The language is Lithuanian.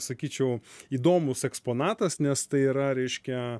sakyčiau įdomus eksponatas nes tai yra reiškia